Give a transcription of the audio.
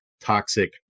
toxic